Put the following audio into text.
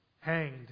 hanged